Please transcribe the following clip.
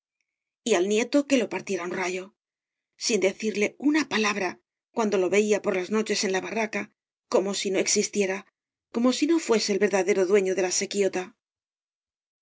y al nieto que lo partiera un rayo sin üecirle una palabra cuando lo veía por las noches en la barraca como si no existiera como si no fuese el verdadero dueño de la sequióta